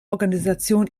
organisation